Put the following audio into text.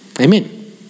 Amen